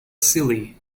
silly